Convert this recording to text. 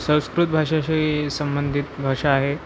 संस्कृत भाषेशीही संबंधित भाषा आहे